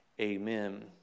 Amen